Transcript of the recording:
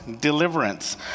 deliverance